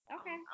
Okay